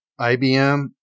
IBM